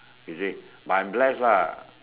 is it but I'm blessed lah